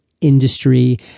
industry